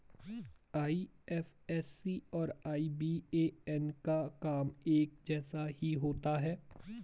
IFSC और IBAN का काम एक जैसा ही होता है